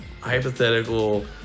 hypothetical